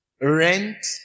rent